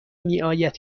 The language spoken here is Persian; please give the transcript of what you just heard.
میآید